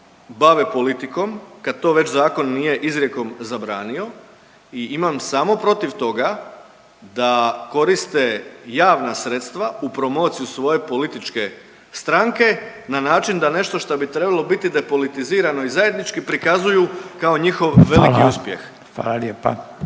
bave politikom kad to već zakon nije izrijekom zabranio i imam samo protiv toga da koriste javna sredstva u promociju svoje političke stranke na način da nešto što bi trebalo biti depolitizirano i zajednički prikazuju kao njihov veliki uspjeh. **Radin,